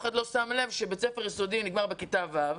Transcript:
אחד לא שם לב שבית ספר יסודי נגמר בכיתה ו'.